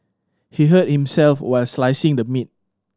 he hurt himself while slicing the meat